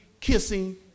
kissing